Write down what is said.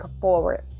forward